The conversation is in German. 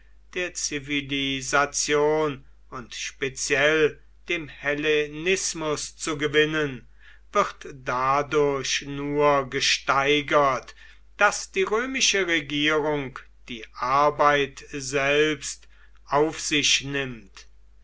der zivilisation und speziell dem hellenismus zu gewinnen wird dadurch nur gesteigert daß die römische regierung die arbeit selbst auf sich nimmt